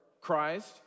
Christ